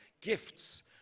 gifts